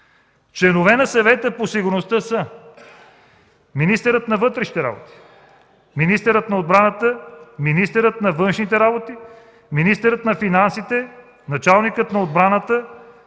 Членове на Съвета по сигурността са: министърът на вътрешните работи, министърът на отбраната, министърът на външните работи, министърът на финансите, началникът на отбраната,